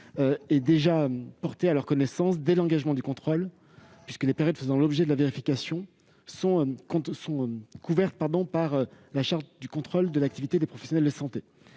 sont déjà portées à la connaissance de ces derniers dès l'engagement du contrôle, puisque les périodes faisant l'objet de la vérification sont couvertes par la charte du contrôle de l'activité des professionnels de santé.